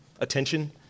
attention